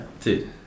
Dude